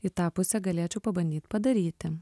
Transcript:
į tą pusę galėčiau pabandyt padaryti